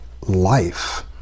life